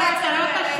לא, אתה לא תשיב.